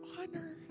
honor